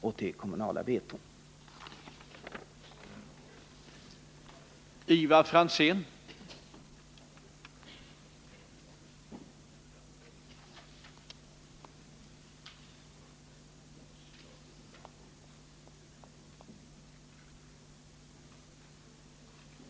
Den frågan bör man snarast ta sig an.